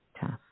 tough